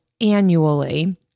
annually